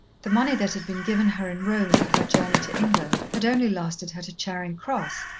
the money that had been given her in rome for her journey to england had only lasted her to charing cross,